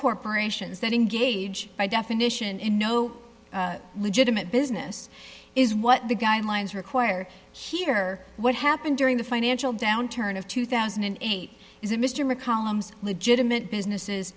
corporations that engage by definition in no legitimate business is what the guidelines require here what happened during the financial downturn of two thousand and eight is a mr mccollum's legitimate businesses